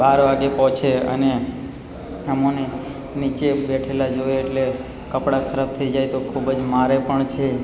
બાર વાગે પહોંચે અને અમોને નીચે બેઠેલા જુએ એટલે કપડા ખરાબ થઇ જાય તો ખૂબ મારે પણ છે